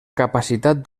capacitat